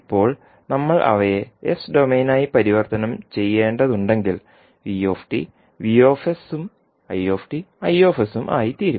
ഇപ്പോൾ നമ്മൾ അവയെ എസ് ഡൊമെയ്നായി പരിവർത്തനം ചെയ്യേണ്ടതുണ്ടെങ്കിൽ v V ഉം i I ഉം ആയിത്തീരും